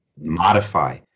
modify